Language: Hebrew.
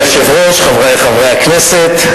אדוני היושב-ראש, חברי חברי הכנסת,